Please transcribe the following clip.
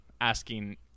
asking